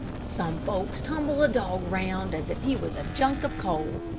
some folks tumble a dog round as if he was a junk of coal,